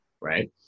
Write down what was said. right